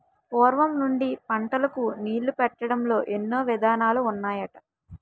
పూర్వం నుండి పంటలకు నీళ్ళు పెట్టడంలో ఎన్నో విధానాలు ఉన్నాయట